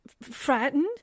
Frightened